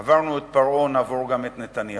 עברנו את פרעה, נעבור גם את נתניהו.